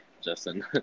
Justin